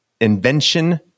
invention